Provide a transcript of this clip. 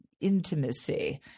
intimacy